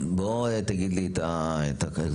בוא תגיד לי את הקושי.